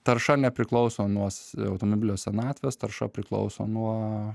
tarša nepriklauso nuo automobilio senatvės tarša priklauso nuo